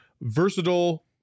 versatile